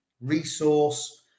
resource